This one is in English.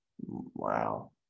Wow